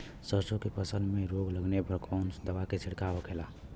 सरसों की फसल में रोग लगने पर कौन दवा के छिड़काव होखेला?